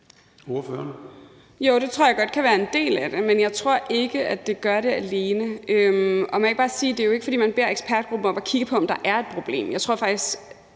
det tror jeg godt kan være en del af det. Men jeg tror ikke, at det gør det alene. Og må jeg ikke bare sige, at det jo ikke er, fordi man beder ekspertgruppen om at kigge på, om der er et problem.